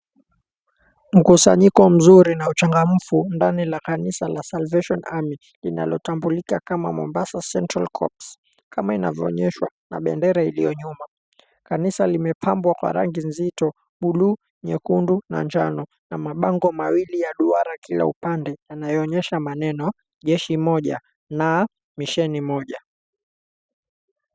Mkusanyiko mzuri na uchangamfu ndani la kanisa la Salvation Army linalotambulika kama Mombasa Central Corps, kama inavyoonyeshwa na bendera iliyo nyuma. Kanisa limepambwa kwa rangi nzito buluu, nyekundu na njano na mabango mawawili ya duara kila upande yanayoonyesha maneno, Jeshi Moja na Misheni Moja.